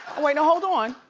wait, now hold on.